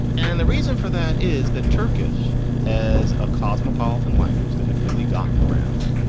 and the reason for that is that turkish as a cosmopolitan language that had really gotten around,